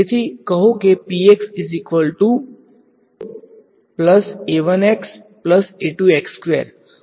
તેથી કહો કે p છે